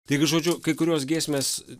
taigi žodžiu kai kurios giesmės